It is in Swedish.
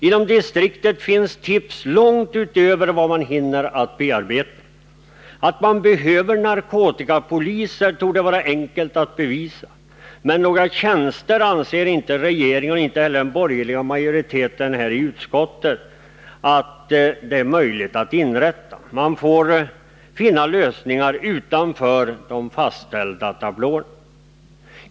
Inom distriktet finns tips långt utöver vad man hinner bearbeta. Att man behöver poliser för detta arbete torde vara enkelt att bevisa, men varken regeringen eller den borgerliga majoriteten i utskottet anser det vara möjligt att inrätta några tjänster. Man får försöka finna lösningar utanför de fastställda tablåerna.